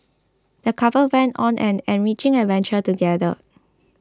the couple went on an enriching adventure together